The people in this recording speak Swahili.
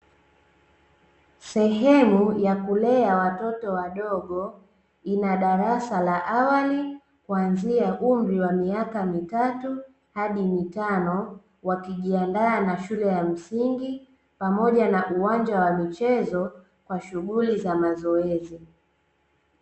Sehemu ya kulea watoto wadgo; ina darasa la awali kuanzia umri wa miaka mitatu hadi umri wa miaka mitano, wakijiandaa na shule ya msingi, pamoja na uwanja wa michezo kwa shughuli za mazoezi.